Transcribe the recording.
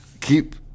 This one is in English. keep